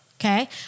okay